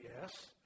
Yes